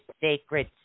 sacred